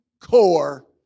core